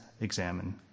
examine